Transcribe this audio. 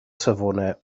safonau